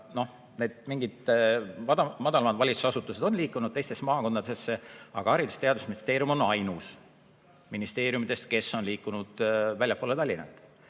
et mingid madalamad valitsusasutused on liikunud teistesse maakondadesse, aga Haridus‑ ja Teadusministeerium on ainus ministeerium, mis on liikunud väljapoole Tallinna.